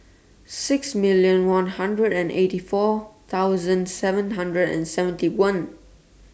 six million one hundred and eighty four thousand seven hundred and seventy one